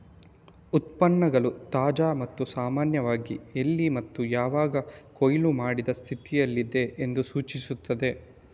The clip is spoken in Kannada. ಉತ್ಪನ್ನಗಳು ತಾಜಾ ಮತ್ತು ಸಾಮಾನ್ಯವಾಗಿ ಎಲ್ಲಿ ಮತ್ತು ಯಾವಾಗ ಕೊಯ್ಲು ಮಾಡಿದ ಸ್ಥಿತಿಯಲ್ಲಿದೆ ಎಂದು ಸೂಚಿಸುತ್ತದೆ